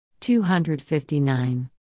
259